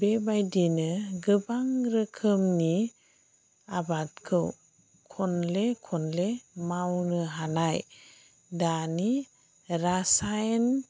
बेबायदिनो गोबां रोखोमनि आबादखौ खनले खनले मावनो हानाय दानि रासायन